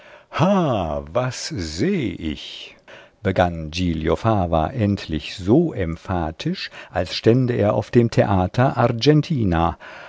was seh ich begann giglio fava endlich so emphatisch als stände er auf dem theater